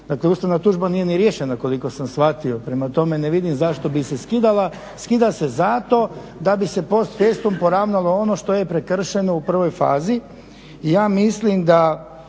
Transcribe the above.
ustavna tužba nije ni riješena koliko sam shvatio. Prema tome, ne vidim zašto bi se skidala. Skida se zato da bi se post festum poravnalo ono što je prekršeno u prvoj fazi.